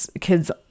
kids